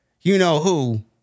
you-know-who